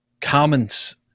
comments